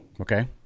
okay